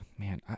Man